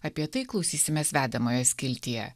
apie tai klausysimės vedamoje skiltyje